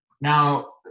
Now